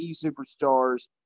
Superstars